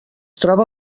troba